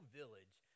village